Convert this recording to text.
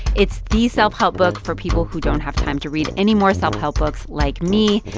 it's the self-help book for people who don't have time to read any more self-help books, like me.